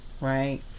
right